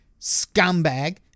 scumbag